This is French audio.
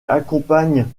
accompagne